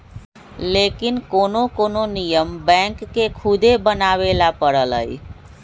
लेकिन कोनो कोनो नियम बैंक के खुदे बनावे ला परलई